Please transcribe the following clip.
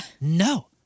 No